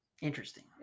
interesting